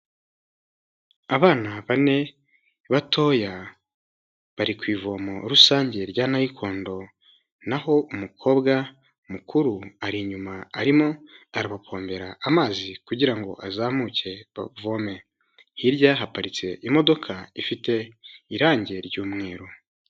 Abana bane batoya bari ku ivomo rusange rya nayikondo, naho umukobwa mukuru ari inyuma arimo arabapombera amazi kugira ngo azamuke bavome, hirya ya haparitse imodoka ifite irangi ry'umweru.